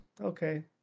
Okay